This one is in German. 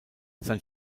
sein